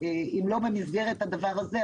אם לא במסגרת הדבר הזה,